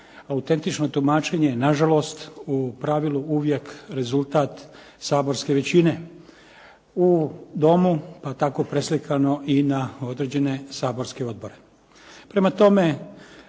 Autentično tumačenje nažalost u pravilu je uvijek rezultat saborske većine u domu pa tako i preslikane i na određene saborske odbore.